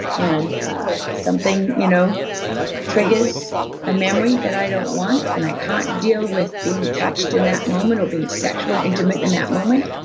and ah something you know triggers a memory that i don't want, and i can't deal with being touched in that moment, or being sexual, intimate, in that moment,